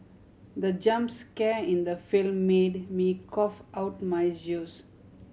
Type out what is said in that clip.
the jump scare in the film made me cough out my juice